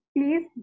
Please